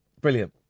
brilliant